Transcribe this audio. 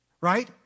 right